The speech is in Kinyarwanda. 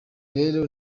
rero